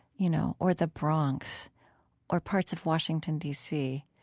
you know, or the bronx or parts of washington, d c,